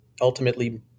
Ultimately